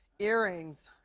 earrings